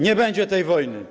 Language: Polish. Nie będzie tej wojny.